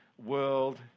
world